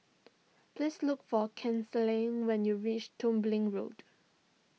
please look for Kinsley when you reach Dublin Road